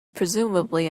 presumably